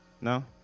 no